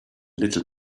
little